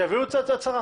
שיביאו הצהרה.